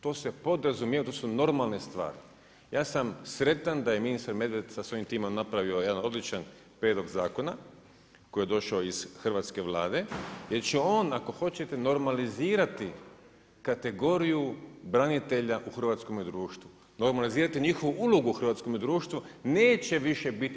To se podrazumijeva, to su normalne stvari. ja sam sretan da je ministar Medved sa svojim timom napravio jedan odlučan prijedlog zakona koji je došao iz hrvatske Vlade, jer će on ako hoćete normalizirati kategoriju branitelja u hrvatskome društvu, normalizirati njihovu ulogu u hrvatskome društvu neće više biti.